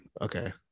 Okay